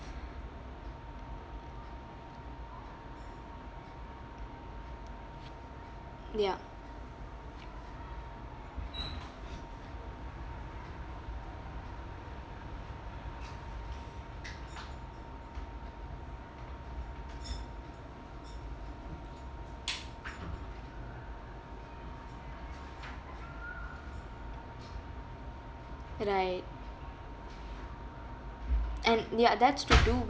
ya right and ya that's to do